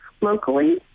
locally